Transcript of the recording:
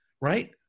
right